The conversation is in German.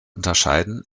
unterscheiden